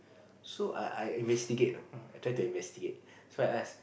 so I I investigate you know I try to investigate so I ask